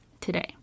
today